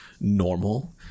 normal